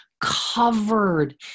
covered